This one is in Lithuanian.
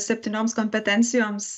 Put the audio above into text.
septynioms kompetencijoms